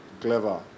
Clever